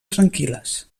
tranquil·les